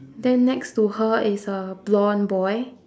then next to her is a blond boy